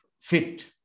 fit